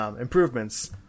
improvements